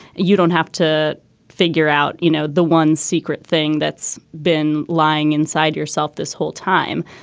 you don't have to figure out, you know, the one secret thing that's been lying inside yourself this whole time.